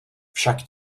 však